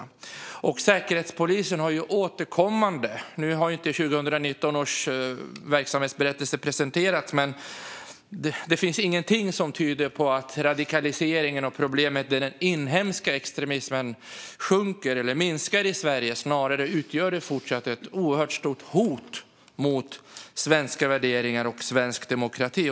Nu har inte 2019 års verksamhetsberättelse från Säkerhetspolisen presenterats än, men det finns ingenting som tyder på att radikaliseringen och problemet med den inhemska extremismen minskar i Sverige - snarare utgör detta även fortsättningsvis ett oerhört stort hot mot svenska värderingar och svensk demokrati.